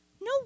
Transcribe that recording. No